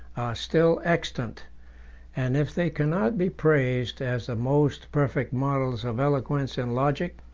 still extant and if they cannot be praised as the most perfect models of eloquence and logic,